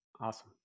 Awesome